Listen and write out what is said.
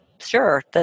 Sure